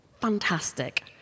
fantastic